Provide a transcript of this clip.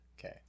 Okay